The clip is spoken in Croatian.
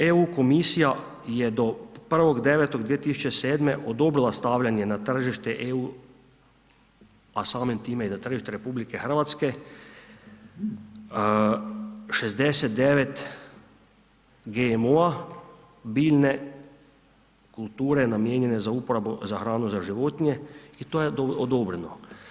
EU komisija je do 1.9.2007. odobrila stavljanje na tržište EU, a samim time i na tržište RH 69 GMO-a biljne kulture namijenjene za uporabu za hranu za životinje i to je odobreno.